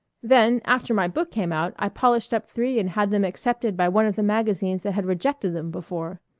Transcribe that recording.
then, after my book came out, i polished up three and had them accepted by one of the magazines that had rejected them before.